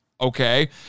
Okay